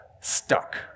stuck